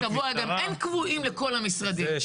אין קבועים לכל המשרדים.